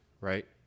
right